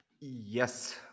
yes